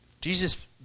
Jesus